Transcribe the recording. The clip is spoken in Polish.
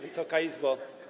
Wysoka Izbo!